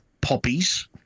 poppies